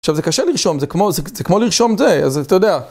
עכשיו זה קשה לרשום, זה כמו, זה כמו לרשום זה, אז אתה יודע.